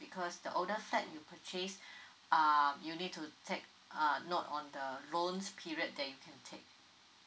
because the older flat you purchase uh you need to take a note on the loans period that you can take